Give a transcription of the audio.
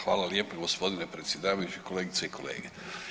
Hvala lijepo gospodine predsjedavajući, kolegice i kolege.